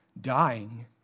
dying